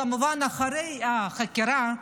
כמובן אחרי החקירה,